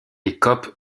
écope